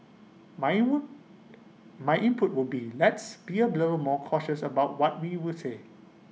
my in would my input would be let's be A below more cautious about what we will say